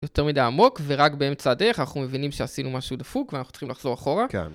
יותר מדי עמוק, ורק באמצע הדרך אנחנו מבינים שעשינו משהו דפוק ואנחנו צריכים לחזור אחורה. - כן